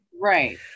right